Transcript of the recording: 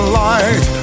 light